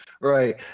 Right